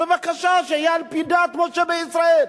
בבקשה, שיהיה על-פי דת משה וישראל.